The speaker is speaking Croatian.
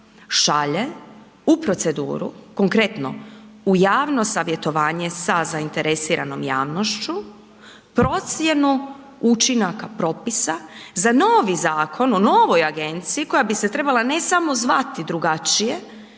šalje u proceduru konkretno, u javno savjetovanje sa zainteresiranom javnošću, procjenu učinaka propisa za novi zakon o novoj agenciji koja bi se trebala ne samo zvati drugačije